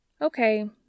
Okay